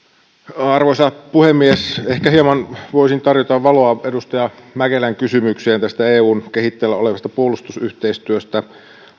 arvoisa puhemies ehkä hieman voisin tarjota valoa edustaja mäkelän kysymykseen eun kehitteillä olevasta puolustusyhteistyöstä minulla